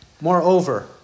Moreover